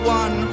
one